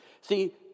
See